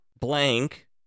Blank